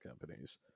companies